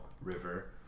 River